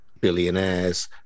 billionaires